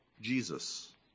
Jesus